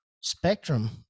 spectrum